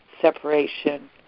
separation